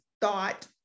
thought